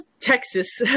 Texas